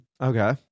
Okay